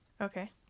Okay